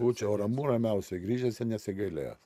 būčiau ramu ramiausiai grįžęs ir nesigailėjęs